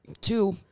Two